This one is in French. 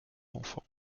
enfants